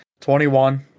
21